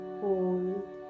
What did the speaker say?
hold